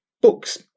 books